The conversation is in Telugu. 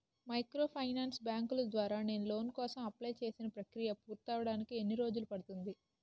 మైక్రోఫైనాన్స్ బ్యాంకుల ద్వారా నేను లోన్ కోసం అప్లయ్ చేసిన ప్రక్రియ పూర్తవడానికి ఎన్ని రోజులు పడుతుంది?